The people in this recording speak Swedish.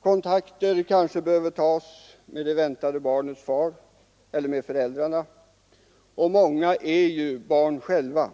Kontakter kanske behöver tas med det väntade barnets far eller med flickans föräldrar — många är ju barn själva.